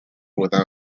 without